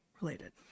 related